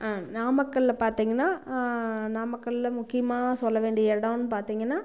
நாமக்கல்லில் பார்த்தீங்கன்னா நாமக்கல்லில் முக்கியமாக சொல்ல வேண்டிய இடன்னு பார்த்தீங்கன்னா